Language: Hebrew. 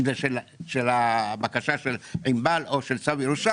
אם זה של הבקשה של ענבל או של צו ירושה